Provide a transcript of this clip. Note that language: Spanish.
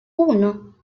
uno